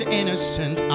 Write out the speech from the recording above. innocent